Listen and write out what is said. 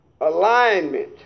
alignment